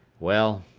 well,